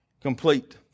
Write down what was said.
complete